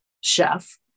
chef